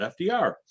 FDR